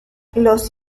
los